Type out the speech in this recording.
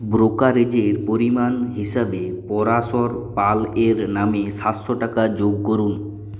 ব্রোকারেজের পরিমাণ হিসেবে পরাশর পালের নামে সাতশো টাকা যোগ করুন